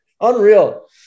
Unreal